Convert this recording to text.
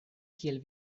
kiel